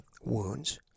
wounds